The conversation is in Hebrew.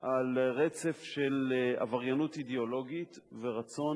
על רצף של עבריינות אידיאולוגית ורצון